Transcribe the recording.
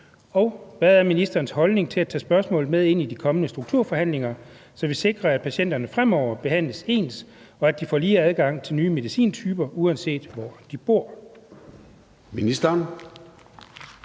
og hvad er ministerens holdning til at tage spørgsmålet med ind i de kommende strukturforhandlinger, så vi sikrer, at patienterne fremover behandles ens, og at de får lige adgang til nye medicintyper, uanset hvor de bor?